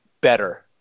better